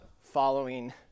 following